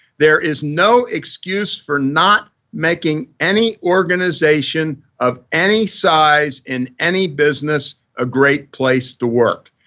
there is no excuse for not making any organization of any size in any business a great place to work.